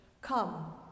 come